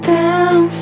down